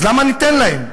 אז למה ניתן להם?